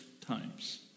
times